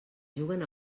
juguen